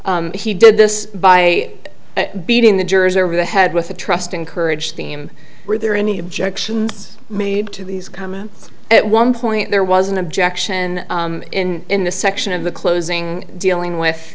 harper he did this by beating the jurors over the head with a trusting courage team were there any objections made to these comments at one point there was an objection in in the section of the closing dealing with